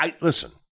listen